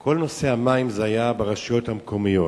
כל נושא המים היה ברשויות המקומיות,